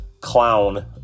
clown